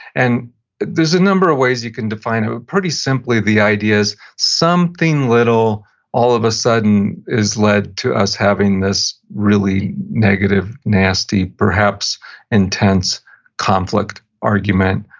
and there's a number of ways you can define it, but pretty simply the idea is something little all of a sudden is led to us having this really negative, nasty, perhaps intense conflict, argument,